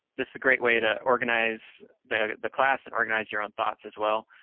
this is a great way to organize the the class, and organize your own thoughts as well.